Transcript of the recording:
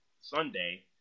Sunday